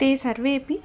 ते सर्वेऽपि